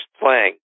playing